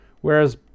whereas